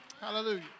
Hallelujah